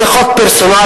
זה חוק פרסונלי,